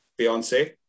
beyonce